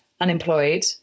unemployed